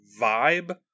vibe